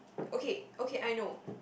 okay okay I know